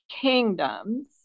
kingdoms